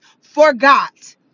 forgot